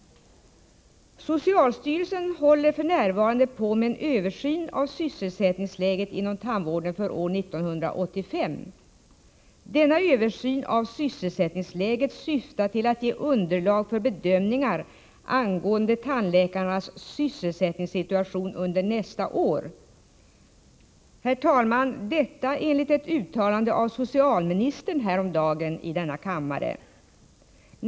”Socialstyrelsen håller f. n. på med en översyn av sysselsättningsläget inom tandvården för år 1985. Denna översyn av sysselsättningsläget syftar till att ge underlag för bedömningar angående tandläkarnas sysselsättningssituation under nästa år.” Herr talman! Detta var ett citat ur ett uttalande av socialministern häromdagen i denna kammare.